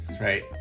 right